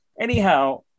Anyhow